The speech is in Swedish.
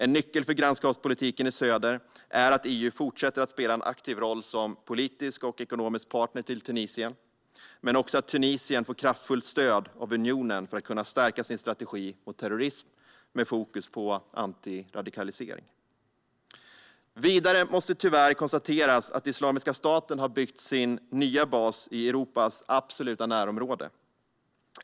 En nyckel för grannskapspolitiken i söder är att EU fortsätter att spela en aktiv roll som politisk och ekonomisk partner till Tunisien, men också att Tunisien får kraftfullt stöd av unionen för att kunna stärka sin strategi mot terrorism med fokus på antiradikalisering. Vidare måste tyvärr konstateras att Islamiska staten har byggt sin nya bas i Europas absoluta närområde.